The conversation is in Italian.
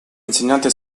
insegnante